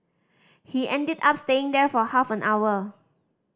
he ended up staying there for half an hour